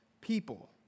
people